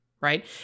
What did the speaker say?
Right